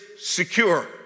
secure